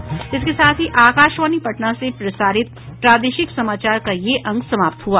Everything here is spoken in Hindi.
इसके साथ ही आकाशवाणी पटना से प्रसारित प्रादेशिक समाचार का ये अंक समाप्त हुआ